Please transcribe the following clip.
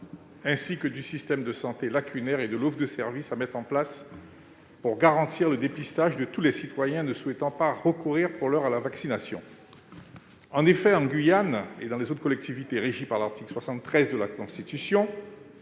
ainsi que du système de santé lacunaire et de l'offre de service à mettre en place pour garantir le dépistage de tous les citoyens ne souhaitant pas recourir, pour l'heure, à la vaccination. En effet, en Guyane et dans les autres collectivités régies par l'article 73 de la Constitution,